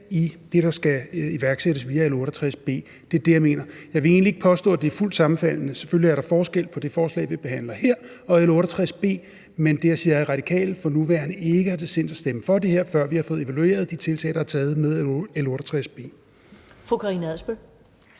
det, der skal iværksættes via L 68 B. Det er det, jeg mener. Jeg vil egentlig ikke påstå, at de er fuldt sammenfaldende – selvfølgelig er der forskel på det forslag, vi behandler her, og L 68 B – men det, jeg siger, er, at Radikale ikke har til sinds at stemme for det her, før vi har fået evalueret de tiltag, der er taget med L 68 B. Kl. 19:30 Første